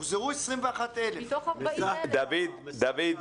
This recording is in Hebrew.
הוחזרו 21,000. חבריא,